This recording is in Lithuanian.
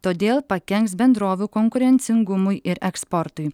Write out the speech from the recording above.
todėl pakenks bendrovių konkurencingumui ir eksportui